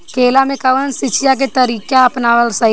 केला में कवन सिचीया के तरिका अपनावल सही रही?